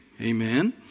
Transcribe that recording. Amen